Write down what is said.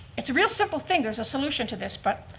it's a real simple thing, there's a solution to this but.